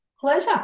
Pleasure